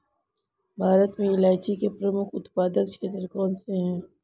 भारत में इलायची के प्रमुख उत्पादक क्षेत्र कौन से हैं?